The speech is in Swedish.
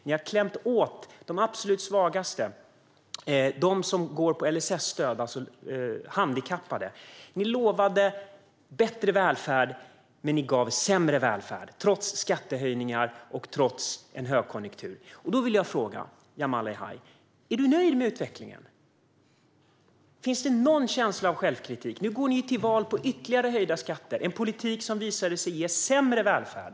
Ni har klämt åt de absolut svagaste: de som går på LSS-stöd, alltså handikappade. Ni lovade bättre välfärd, men ni gav sämre välfärd trots skattehöjningar och trots högkonjunktur. Jag vill fråga dig, Jamal El-Haj: Är du nöjd med utvecklingen? Finns det någon känsla av självkritik? Nu går ni ju till val på ytterligare höjda skatter, en politik som visat sig ge sämre välfärd.